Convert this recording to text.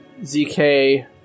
ZK